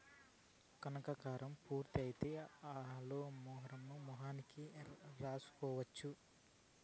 కనకాలురం పూర్తి అయితే అలోవెరాను మొహానికి రాసుకోవచ్చు